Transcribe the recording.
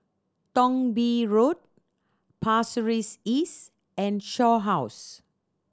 Thong Bee Road Pasir Ris East and Shaw House